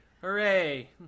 Hooray